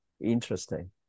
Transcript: Interesting